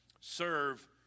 serve